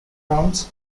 rounds